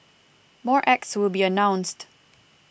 more acts will be announced